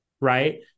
right